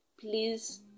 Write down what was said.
please